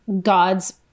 God's